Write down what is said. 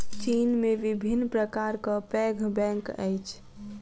चीन में विभिन्न प्रकारक पैघ बैंक अछि